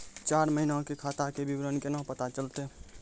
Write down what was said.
चार महिना के खाता के विवरण केना पता चलतै?